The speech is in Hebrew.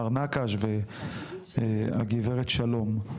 מר נקש והגב' שלום.